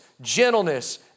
gentleness